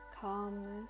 calmness